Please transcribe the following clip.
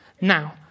Now